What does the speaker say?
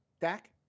Dak